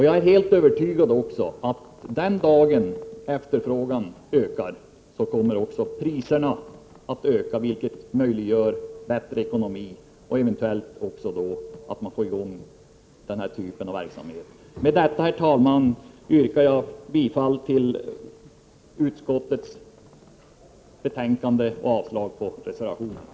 Jag är helt övertygad om att den dag efterfrågan ökar kommer också priserna att öka, vilket möjliggör bättre ekonomi och eventuellt också att man får i gång denna typ av verksamhet. Herr talman! Med det anförda yrkar jag bifall till utskottets hemställan och avslag på reservationerna.